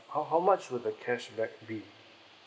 how how much would the cashback be